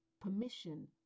permission